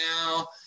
now